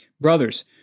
Brothers